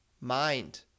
mind